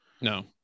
No